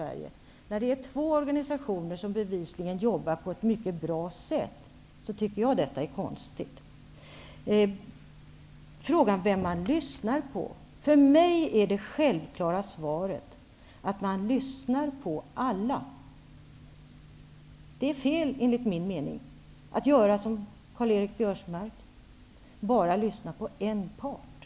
Jag tycker att det är konstigt, eftersom det är två organisationer som bevisligen jobbar på ett mycket bra sätt. Karl-Göran Biörsmark talar om att det är fråga om vem man lyssnar på. För mig är det självklara svaret att man lyssnar på alla. Det är enligt min mening fel att som Biörsmark lyssna bara till en part.